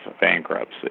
bankruptcy